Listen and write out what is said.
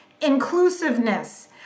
inclusiveness